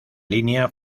línea